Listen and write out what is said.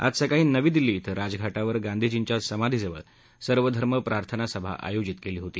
आज सकाळी नवी दिल्ली धिं राजघाटावर गांधीजींच्या समाधीजवळ सर्वधर्म प्रार्थनासभा आयोजित केली होती